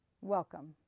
Welcome